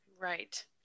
Right